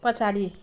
पछाडि